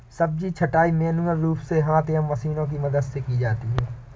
सब्जी छँटाई मैन्युअल रूप से हाथ से या मशीनों की मदद से की जाती है